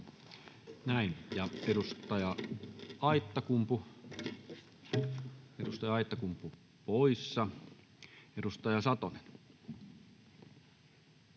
edustaja Aittakumpu poissa. — Edustaja Satonen.